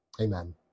Amen